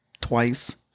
twice